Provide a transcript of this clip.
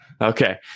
Okay